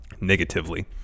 Negatively